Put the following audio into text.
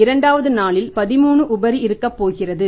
இரண்டாவது நாள் 13 உபரி இருக்கப்போகிறது